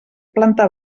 planta